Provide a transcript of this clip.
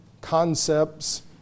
concepts